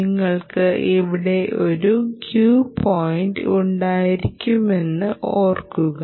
നിങ്ങൾക്ക് ഇവിടെ ഒരു qപോയിൻറ് ഉണ്ടായിരുന്നുവെന്ന് ഓർക്കുക